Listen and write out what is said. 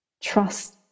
Trust